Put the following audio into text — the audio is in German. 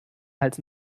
hals